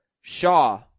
Shaw